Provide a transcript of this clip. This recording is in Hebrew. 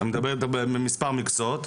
אני מדבר לגבי מספר מקצועות.